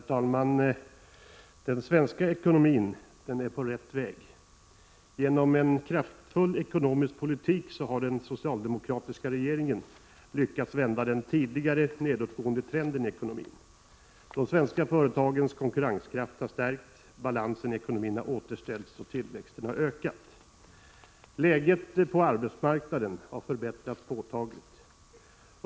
Herr talman! Den svenska ekonomin är på rätt väg. Genom en kraftfull, ekonomisk politik har den socialdemokratiska regeringen lyckats vända den tidigare nedåtgående trenden i ekonomin. De svenska företagens konkurrenskraft har stärkts, balansen i ekonomin har återställts och tillväxten ökat. Läget på arbetsmarknaden har förbättrats påtagligt.